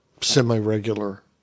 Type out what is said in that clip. semi-regular